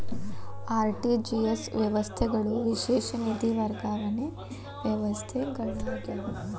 RTGS ವ್ಯವಸ್ಥೆಗಳು ವಿಶೇಷ ನಿಧಿ ವರ್ಗಾವಣೆ ವ್ಯವಸ್ಥೆಗಳಾಗ್ಯಾವ